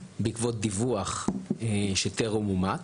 בעקבות דיווח שטרם אומת,